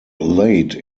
late